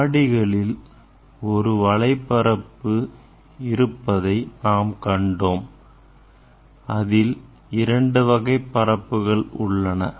ஆடிகளில் ஒரு வளை பரப்பு இருப்பதை நாம் கண்டோம் இதில் இரண்டு வகை பரப்புகள் உள்ளன